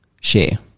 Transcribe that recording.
share